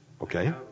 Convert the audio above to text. okay